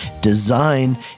design